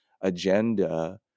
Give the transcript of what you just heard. agenda